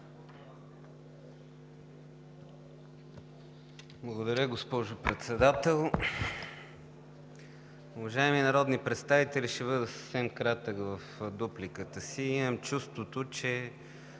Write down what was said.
Благодаря, госпожо Председател. Уважаеми народни представители, ще бъда съвсем кратък в дупликата си. Имам чувството, че